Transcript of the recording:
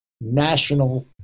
national